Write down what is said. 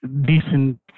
decent